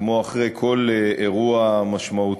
כמו אחרי כל אירוע משמעותי,